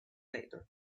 later